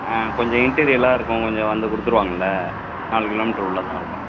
ஆ கொஞ்சம் இன்டிரியல இருக்கும் கொஞ்சம் வந்து கொடுத்துடுவாங்கள்ல நாலு கிலோ மீட்டரு உள்ளே தான் இருக்கும்